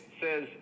says